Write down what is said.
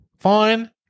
Fine